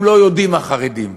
הם לא יודעים, החרדים,